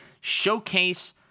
Showcase –